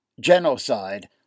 Genocide